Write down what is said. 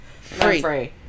free